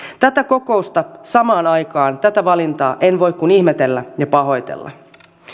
tätä kokousta samaan aikaan tätä valintaa en voi kuin ihmetellä ja pahoitella